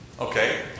Okay